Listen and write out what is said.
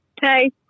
Hey